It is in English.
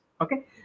Okay